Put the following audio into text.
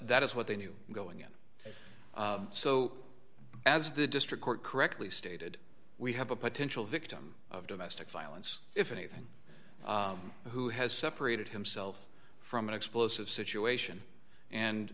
that is what they knew going in so as the district court correctly stated we have a potential victim of domestic violence if anything who has separated himself from an explosive situation and